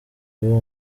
ubu